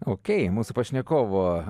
okei mūsų pašnekovo